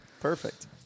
perfect